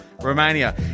Romania